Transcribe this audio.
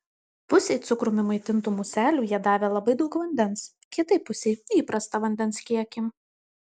pusei cukrumi maitintų muselių jie davė labai daug vandens kitai pusei įprastą vandens kiekį